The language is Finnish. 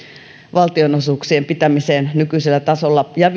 valtionosuuksien pitämiseen nykyisellä tasolla ja